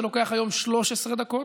זה לוקח היום 13 דקות.